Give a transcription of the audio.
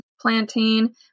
Plantain